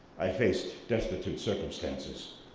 i faced destitute circumstances.